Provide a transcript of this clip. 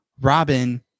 Robin